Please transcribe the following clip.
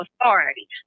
authority